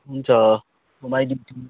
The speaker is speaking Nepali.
हुन्छ घुमाइदिन्छु